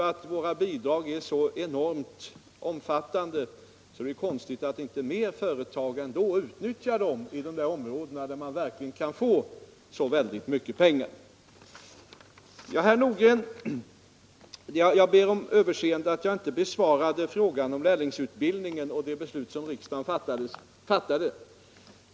Om våra bidrag är så enormt omfattande, är det konstigt att inte fler företag ändå utnyttjar bidragen i de områden där man verkligen kan få så mycket pengar. Jag ber om överseende, herr Nordgren, med att jag inte besvarade frågan om lärlingsutbildningen och det beslut som riksdagen fattade.